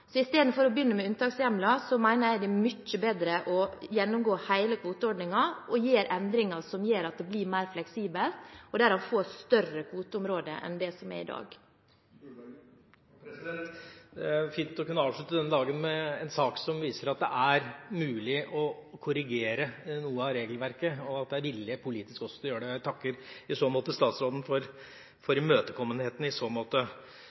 å begynne med unntakshjemler, mener jeg det er mye bedre å gjennomgå hele kvoteordningen og gjøre endringer som gjør at det blir mer fleksibelt, og derav få større kvoteområder enn det er i dag. Det er fint å kunne avslutte denne dagen med en sak som viser at det er mulig å korrigere noe av regelverket, og at det er vilje også politisk til å gjøre det. Jeg takker i så måte statsråden for